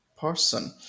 person